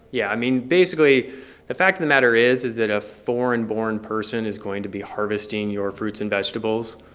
yeah. i mean, basically the fact of the matter is is that a foreign-born person is going to be harvesting your fruits and vegetables,